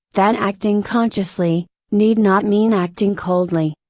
that acting consciously, need not mean acting coldly.